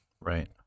right